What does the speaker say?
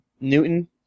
Newton